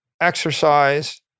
exercise